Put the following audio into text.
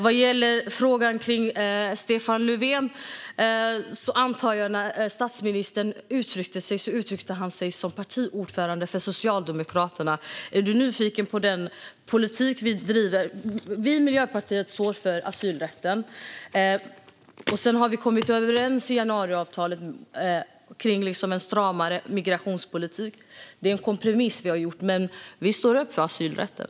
Vad gäller frågan om Stefan Löfven antar jag att när statsministern uttryckte sig så uttryckte han sig som partiordförande för Socialdemokraterna. Är du nyfiken på den politik vi driver kan jag säga att vi i Miljöpartiet står för asylrätten. Vi har i januariavtalet kommit överens om en stramare migrationspolitik. Det är en kompromiss vi har gjort. Men vi står upp för asylrätten.